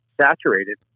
saturated